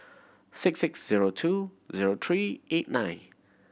six six zero two zero three eight nine